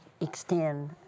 extend